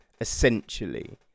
essentially